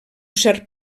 cert